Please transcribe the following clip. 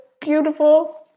beautiful